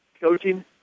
coaching